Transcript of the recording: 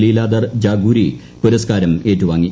ലീലാധർ ജാഗൂരി പുരസ്ക്കാരം ഏറ്റുവാങ്ങി